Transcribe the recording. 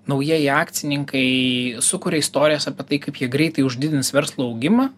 naujieji akcininkai sukuria istorijas apie tai kaip jie greitai uždidins verslo augimą